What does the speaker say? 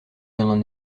n’en